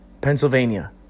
Pennsylvania